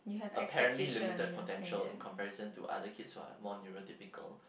apparently limited potential in comparison to other kids what more neurotypical